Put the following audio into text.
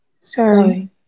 Sorry